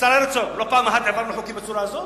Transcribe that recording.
השר הרצוג, לא פעם אחת העברנו חוקים בצורה כזו.